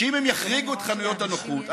שאם הם יחריגו את חנויות הנוחות,